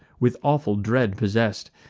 with awful dread possess'd,